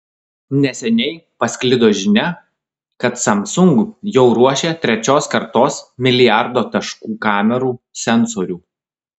neseniai pasklido žinia kad samsung jau ruošia trečios kartos milijardo taškų kamerų sensorių